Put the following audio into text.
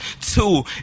two